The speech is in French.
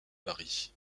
paris